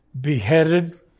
beheaded